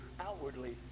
outwardly